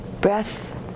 Breath